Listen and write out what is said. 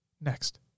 next